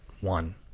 one